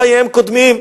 חייהם קודמים.